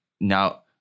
Now